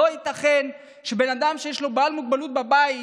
לא ייתכן שבן אדם שיש לו בעל מוגבלות בבית